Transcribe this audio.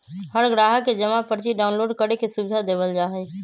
हर ग्राहक के जमा पर्ची डाउनलोड करे के सुविधा देवल जा हई